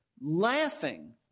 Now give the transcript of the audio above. laughing